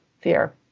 fear